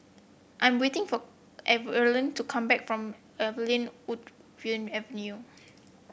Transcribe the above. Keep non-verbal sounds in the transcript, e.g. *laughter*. I'm waiting for Erline to come back from Laurel Wood *unintelligible* Avenue